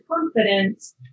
confidence